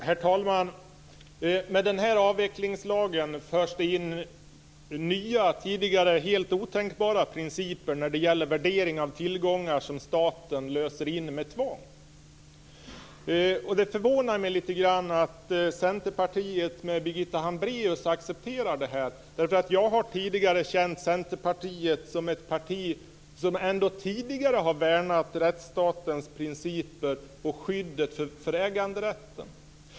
Herr talman! Med den här avvecklingslagen förs nya, tidigare helt otänkbara, principer in när det gäller värderingen av tillgångar som staten med tvång löser in. Det förvånar mig litet grand att Centerpartiet och Birgitta Hambraeus accepterar detta. Jag har upplevt Centerpartiet som ett parti som i alla fall tidigare värnat rättsstatens principer och skyddet av äganderätten.